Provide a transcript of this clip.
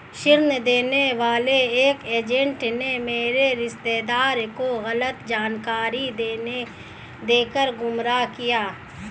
ऋण देने वाले एक एजेंट ने मेरे रिश्तेदार को गलत जानकारी देकर गुमराह किया